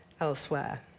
elsewhere